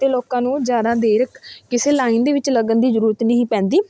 ਅਤੇ ਲੋਕਾਂ ਨੂੰ ਜ਼ਿਆਦਾ ਦੇਰ ਕਿਸੇ ਲਾਈਨ ਦੇ ਵਿੱਚ ਲੱਗਣ ਦੀ ਜ਼ਰੂਰਤ ਨਹੀਂ ਪੈਂਦੀ